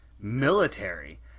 military